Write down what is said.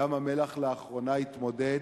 ים-המלח התמודד